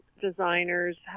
designers